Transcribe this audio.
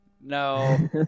No